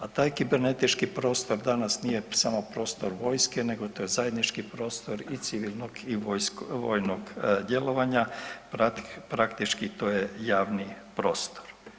A taj kibernetički prostor danas nije samo prostor vojske, nego to je zajednički prostor i civilnog i vojnog djelovanja, praktički to je javni prostor.